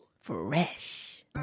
fresh